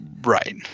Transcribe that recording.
Right